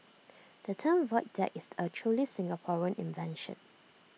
the term void deck is A truly Singaporean invention